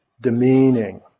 demeaning